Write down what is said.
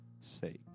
sake